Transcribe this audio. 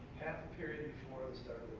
period before the start